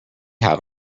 had